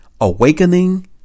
awakening